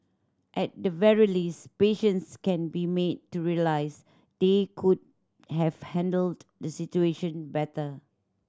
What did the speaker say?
at the very least patients can be made to realise they could have handled the situation better